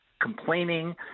complaining